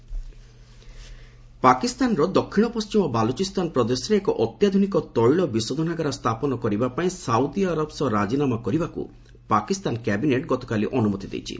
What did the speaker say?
ପାକ୍ ପାକିସ୍ତାନର ଦକ୍ଷିଣ ପଣ୍ଢିମ ବାଲୁଚିସ୍ତାନ ପ୍ରଦେଶରେ ଏକ ଅତ୍ୟାଧୁନିକ ତୈଳ ବିଶୋଧନାଗାର ସ୍ଥାପନ କରିବା ପାଇଁ ସାଉଦି ଆରବ ସହ ରାଜିନାମା କରିବାକୁ ପାକିସ୍ତାନ କ୍ୟାବିନେଟ୍ ଗତକାଲି ଅନୁମତି ଦେଇଛି